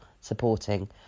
supporting